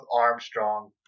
Armstrong